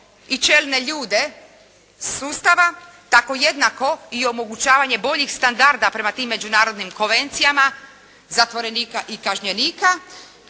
i čelne ljude sustava, tako jednako i omogućavanje boljih standarda prema tim međunarodnim konvencijama, zatvorenika i kažnjenika,